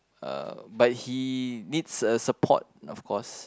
uh but he needs a support of course